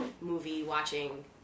movie-watching